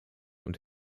und